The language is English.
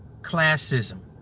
Classism